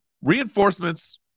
Reinforcements